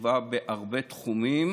ותשובה בהרבה תחומים.